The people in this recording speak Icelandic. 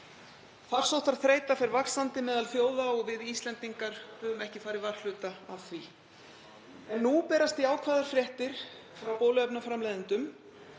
Farsóttarþreyta fer vaxandi meðal þjóða og við Íslendingar höfum ekki farið varhluta af því. En nú berast jákvæðar fréttir frá bóluefnaframleiðendum.